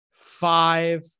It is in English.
five